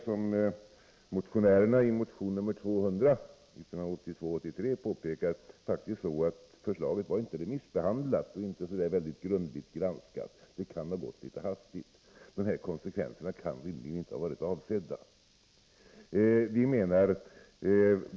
Som motionärerna i motion 1982/83:200 påpekar, var förslaget faktiskt inte remissbehandlat och inte så grundligt granskat — det kan ha gått litet hastigt till. Dessa konsekvenser kan rimligen inte ha varit avsedda.